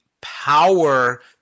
power